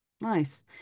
nice